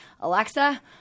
Alexa